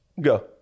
go